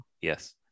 Yes